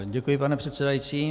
Děkuji, pane předsedající.